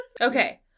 Okay